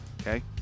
okay